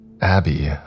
Abby